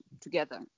together